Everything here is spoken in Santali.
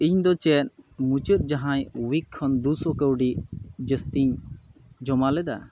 ᱤᱧ ᱫᱚ ᱪᱮ ᱢᱩᱪᱟᱹᱫ ᱡᱟᱦᱟᱭ ᱩᱭᱤᱠ ᱠᱷᱚᱱ ᱫᱩᱥᱚ ᱠᱟᱹᱣᱰᱤ ᱡᱟᱹᱥᱛᱤᱧ ᱡᱚᱢᱟᱞᱮᱫᱟ